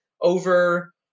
over